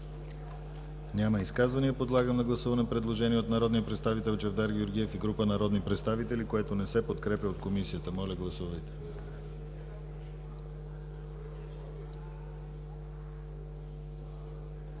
Няма изказвания. Подлагам на гласуване предложение от народния представител Чавдар Георгиев и група народни представители, което не е подкрепено от Комисията. Гласували